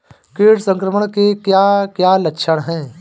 कीट संक्रमण के क्या क्या लक्षण हैं?